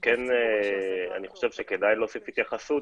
אני חושב שכדאי להוסיף התייחסות